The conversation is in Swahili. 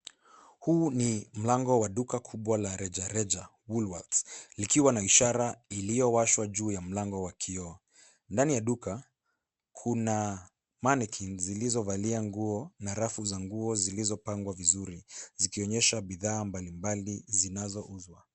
Huu ni mlango wa duka kubwa la rejareja; Woolworths, likiwa na ishara iliyowashwa juu ya mlango wa kioo. Ndani ya duka, kuna mannequin zilizovalia nguo, na rafu za nguo zilizopangwa vizuri, zikionyesha bidhaa mbali mbali zinazouzwa.